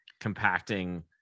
compacting